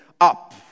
up